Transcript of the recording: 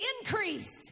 increased